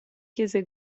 chiese